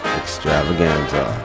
extravaganza